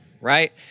right